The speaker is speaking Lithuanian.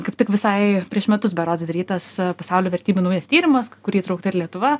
kaip tik visai prieš metus berods darytas pasaulio vertybių naujas tyrimas į kurį įtraukta ir lietuva